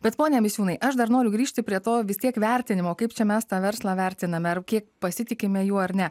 bet pone misiūnai aš dar noriu grįžti prie to vis tiek vertinimo kaip čia mes tą verslą vertiname ar kiek pasitikime juo ar ne